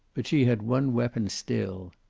but she had one weapon still.